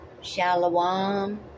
Shalom